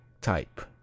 type